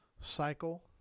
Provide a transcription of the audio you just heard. cycle